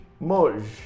Moj